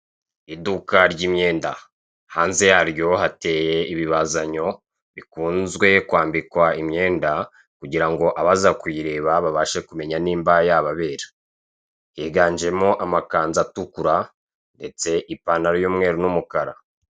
Iduka ry'imyenda hanze yaryo hateye ibibazanyo bikunzwe kwambikwa imyenda kugira ngo abaza kuyireba babashe kumenya niba yababera. Higanjemo amakanzu atukura ndetse ipantaro y'umweru n'umukara.